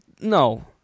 no